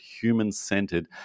human-centered